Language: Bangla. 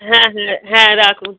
হ্যাঁ হ্যাঁ হ্যাঁ রাখুন